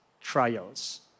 trials